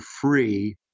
free